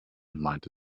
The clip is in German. meinte